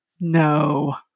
no